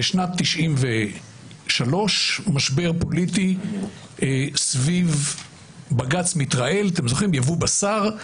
בשנת 1993 היה משבר פוליטי סביב בג"ץ מיטראל יבוא בשר.